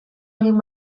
egin